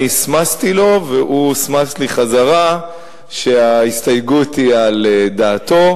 אני סְמַסְתי לו והוא סְמַס לי חזרה שההסתייגות היא על דעתו.